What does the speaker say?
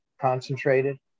Concentrated